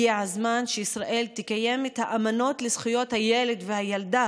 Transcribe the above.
הגיע הזמן שישראל תקיים את האמנות לזכויות הילד והילדה